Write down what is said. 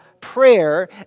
prayer